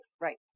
right